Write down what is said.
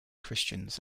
christians